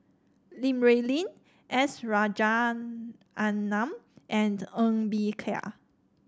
Li Rulin S Rajaratnam and Ng Bee Kia